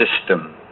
system